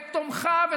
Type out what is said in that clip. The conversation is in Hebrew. את תומכיו,